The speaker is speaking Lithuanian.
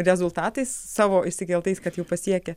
rezultatais savo išsikeltais kad jau pasiekė